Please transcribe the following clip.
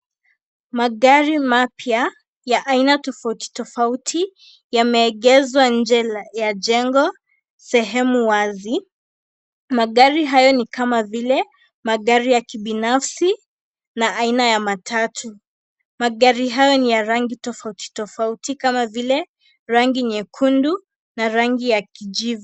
Magari mapya ya aina tofauti tofauti, yameegeshwa nje ya jengo, sehemu wazi. Magari hayo ni kama vile, magari ya kibinafsi na aina ya matatu. Magari hayo ni ya rangi tofauti tofauti kama vile, rangi nyekundu na rangi ya kijivu.